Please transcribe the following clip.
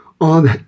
on